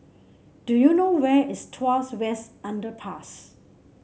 do you know where is Tuas West Underpass